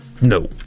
No